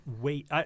wait